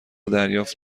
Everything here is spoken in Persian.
دریافت